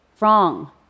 Wrong